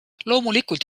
loomulikult